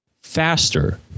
faster